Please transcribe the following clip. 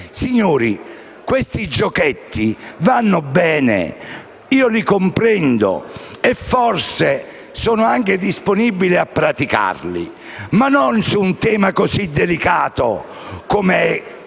Signori, questi giochetti vanno bene, li comprendo e, forse, sono anche disponibile a praticarli, ma non su un tema così delicato come il reato